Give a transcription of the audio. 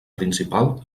principal